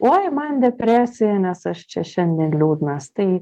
oi man depresija nes aš čia šiandien liūdnas tai